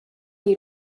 you